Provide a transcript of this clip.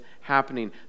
happening